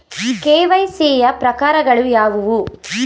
KYC ಯ ಪ್ರಕಾರಗಳು ಯಾವುವು?